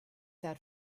that